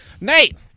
Nate